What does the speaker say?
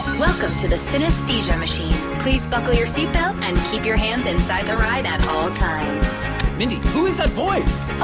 welcome to the synesthesia machine. please buckle your seatbelt and keep your hands inside the ride at all times mindy, who is that voice? oh,